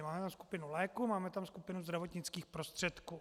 Máme tam skupinu léků a máme tam skupinu zdravotnických prostředků.